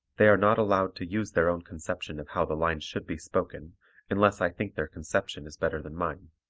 they are not allowed to use their own conception of how the lines should be spoken unless i think their conception is better than mine.